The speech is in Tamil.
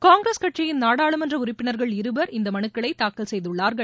காங்கிரஸ் கட்சியின் நாடாளுமன்ற உறுப்பினர்கள் இருவர் இந்த மனுக்களை தாக்கல் செய்துள்ளார்கள்